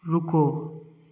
रुको